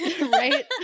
Right